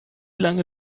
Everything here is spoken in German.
lange